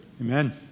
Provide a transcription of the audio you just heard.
Amen